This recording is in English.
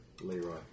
Leroy